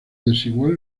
desigual